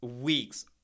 weeks